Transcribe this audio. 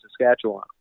Saskatchewan